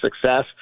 success